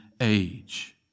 age